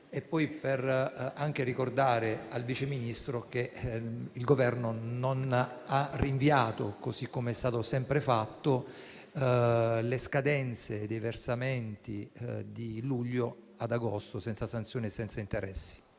14.0.300. Ricordo al Vice Ministro che il Governo non ha rinviato - così come è stato sempre fatto - le scadenze dei versamenti di luglio ad agosto senza sanzioni e senza interessi.